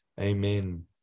Amen